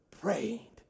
prayed